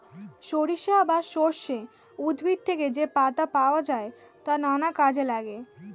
সরিষা বা সর্ষে উদ্ভিদ থেকে যে পাতা পাওয়া যায় তা নানা কাজে লাগে